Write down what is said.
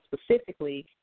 specifically